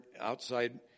outside